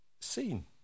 seen